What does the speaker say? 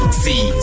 see